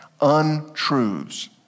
untruths